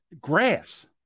grass